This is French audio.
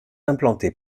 implantés